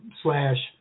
slash